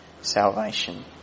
salvation